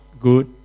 good